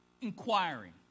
inquiring